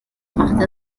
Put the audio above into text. macht